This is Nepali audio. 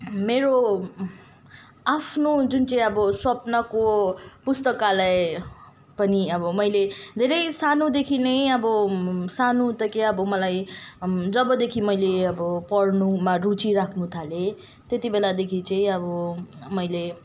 मेरो आफ्नो जुन चाहिँ अब सपनाको पुस्तकालय पनि अब मैले धेरै सानोदेखि नै अब सानो त के अब मलाई जबदेखि मैले अब पढ्नुमा रुचि राख्नु थालेँ त्यति बेलादेखि चााहिँ अब मैले